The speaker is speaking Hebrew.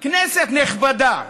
כנסת נכבדה,